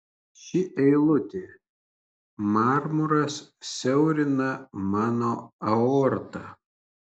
ši eilutė marmuras siaurina mano aortą